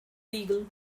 legal